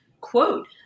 quote